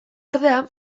ordea